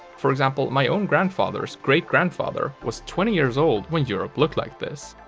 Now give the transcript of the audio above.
for example my own grandfather's great-grandfather was twenty years old when europe looked like this.